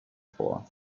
for